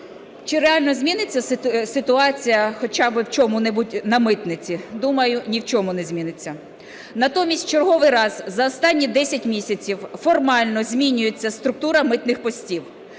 Чи реально зміниться ситуація хоча би в чому-небудь на митниці? Думаю, ні в чому не зміниться. Натомість в черговий раз за останні десять місяців формально змінюється структура митних постів.